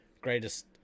greatest